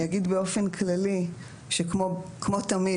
אני אגיד באופן כללי שכמו תמיד,